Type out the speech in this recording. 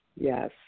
Yes